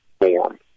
form